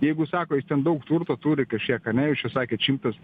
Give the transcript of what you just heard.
jeigu sako jis ten daug turto turi kažkiek a ne jūs čia sakėt šimtas